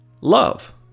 love